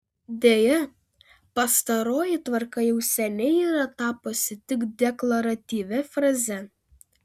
deja pastaroji tvarka jau seniai yra tapusi tik deklaratyvia fraze